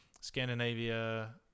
Scandinavia